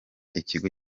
ikigo